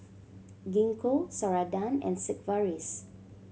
Gingko Ceradan and Sigvaris